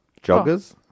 Joggers